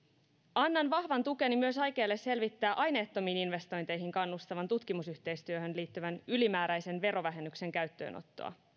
annan vahvan tukeni myös aikeille selvittää aineettomiin investointeihin kannustavan tutkimusyhteistyöhön liittyvän ylimääräisen verovähennyksen käyttöönottoa